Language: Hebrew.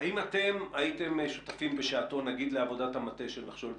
האם אתם הייתם שותפים בשעתו לעבודת המטה של "נחשול בריא"?